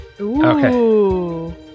Okay